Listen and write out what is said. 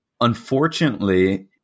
unfortunately